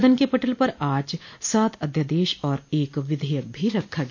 सदन के पटल पर आज सात अध्यादेश और एक विधेयक भी रखा गया